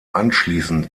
anschließend